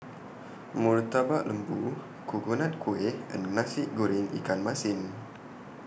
Murtabak Lembu Coconut Kuih and Nasi Goreng Ikan Masin